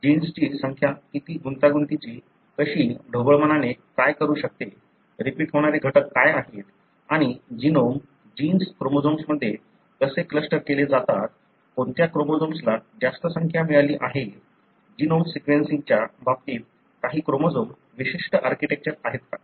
जीन्सची संख्या किती गुंतागुंतीची कशी ढोबळमानाने काय असू शकते रिपीट होणारे घटक काय आहेत आणि जीनोम जीन्स क्रोमोझोम्समध्ये कसे क्लस्टर केले जातात कोणत्या क्रोमोझोम्सला जास्त संख्या मिळाली आहे जीनोम सिक्वेन्सिंगच्या बाबतीत काही क्रोमोझोम्स विशिष्ट आर्किटेक्चर आहे का